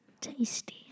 Tasty